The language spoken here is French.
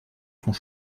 sont